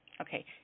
Okay